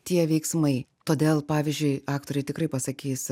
tie veiksmai todėl pavyzdžiui aktoriai tikrai pasakys